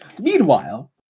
meanwhile